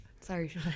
sorry